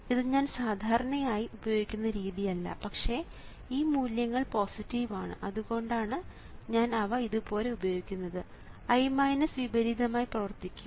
ഇത് ഞാൻ സാധാരണയായി ഉപയോഗിക്കുന്ന രീതിയല്ല പക്ഷേ ഈ മൂല്യങ്ങൾ പോസിറ്റീവ് ആണ് അതുകൊണ്ടാണ് ഞാൻ അവ ഇതുപോലെ ഉപയോഗിക്കുന്നത് I വിപരീതമായി പ്രവർത്തിക്കും